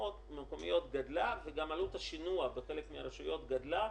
מקומיות גדלה וגם עלות השינוע בחלק מהרשויות גדלה,